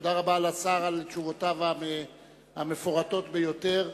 תודה רבה לשר על תשובותיו המפורטות ביותר,